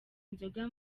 nzoga